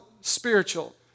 spiritual